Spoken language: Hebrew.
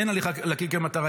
אין הליכה לקיר כמטרה.